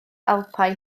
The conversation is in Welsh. alpau